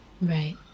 right